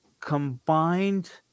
combined